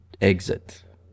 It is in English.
exit